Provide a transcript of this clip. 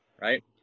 right